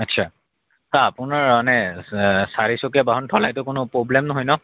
আচ্ছা আপোনাৰ মানে চাৰিচকীয়া বাহন থ'লেতো কোনো প্ৰব্লেম নহয় ন